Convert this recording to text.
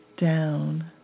down